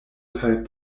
kaj